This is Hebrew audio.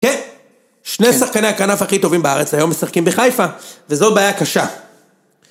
כן, שני שחקני הכנף הכי טובים בארץ היום משחקים בחיפה, וזו בעיה קשה.